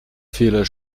fehler